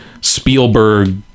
spielberg